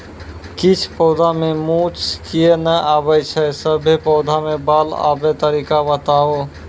किछ पौधा मे मूँछ किये नै आबै छै, सभे पौधा मे बाल आबे तरीका बताऊ?